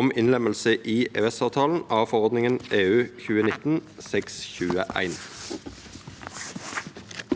om innlemmelse i EØS-avtalen av forordning (EU) 2019/621